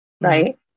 right